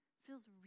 feels